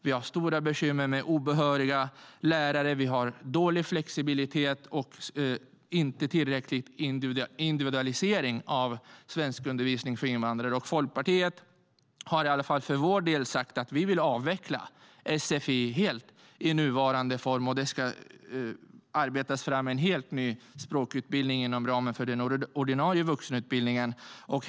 Vi har stora bekymmer med obehöriga lärare, dålig flexibilitet och otillräcklig individualisering av svenskundervisningen för invandrare. Vi i Folkpartiet har sagt att vi helt vill avveckla sfi i dess nuvarande form och att det ska arbetas fram en helt ny språkutbildning inom ramen för den ordinarie vuxenutbildningen.